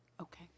okay